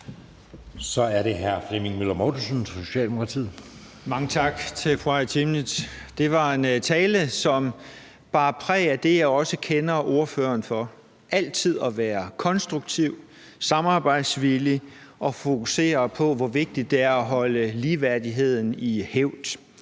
Kl. 22:56 Flemming Møller Mortensen (S): Mange tak til fru Aaja Chemnitz. Det var en tale, som bar præg af det, jeg også kender ordføreren for: altid at være konstruktiv, samarbejdsvillig og fokusere på, hvor vigtigt det er at holde ligeværdigheden i hævd.